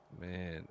man